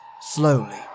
slowly